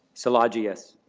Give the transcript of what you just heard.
szilagyi, yes.